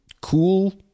cool